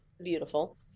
Beautiful